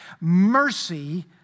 mercy